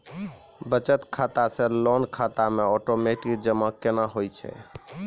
बचत खाता से लोन खाता मे ओटोमेटिक जमा केना होय छै?